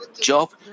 Job